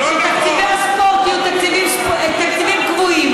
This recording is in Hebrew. תקציבי הספורט יהיו תקציבים קבועים,